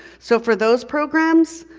so for those programs,